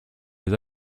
les